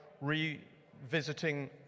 revisiting